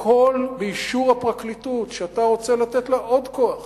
הכול באישור הפרקליטות, שאתה רוצה לתת לה עוד כוח.